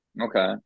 Okay